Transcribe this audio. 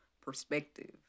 perspective